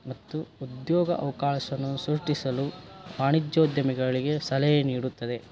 ಮತ್ತು ಉದ್ಯೋಗ ಅವ್ಕಾಶವನ್ನು ಸೃಷ್ಟಿಸಲು ವಾಣಿಜ್ಯೋದ್ಯಮಿಗಳಿಗೆ ಸಲಹೆ ನೀಡುತ್ತದೆ